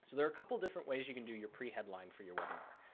so there are a couple of different ways you can do your pre headline for your webinar.